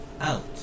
Out